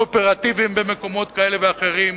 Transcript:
קואופרטיבים במקומות כאלה ואחרים,